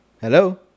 Hello